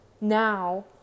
Now